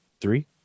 three